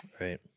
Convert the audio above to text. Right